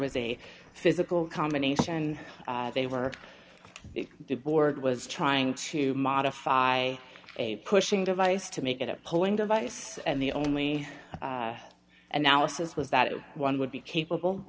was a physical combination they were the board was trying to modify a pushing device to make it a polling device and the only analysis was that one would be capable